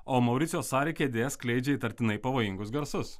o mauricijaus sari kėdės skleidžia įtartinai pavojingus garsus